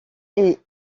est